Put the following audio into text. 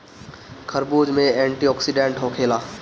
खरबूज में एंटीओक्सिडेंट होखेला